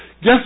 guess